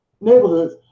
neighborhoods